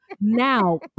Now